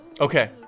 Okay